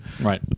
Right